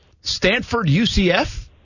Stanford-UCF